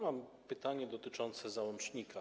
Mam pytanie dotyczące załącznika.